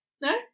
No